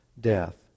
death